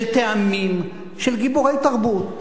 של טעמים, של גיבורי תרבות,